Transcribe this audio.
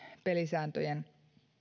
pelisääntöjen